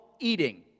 eating